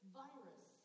virus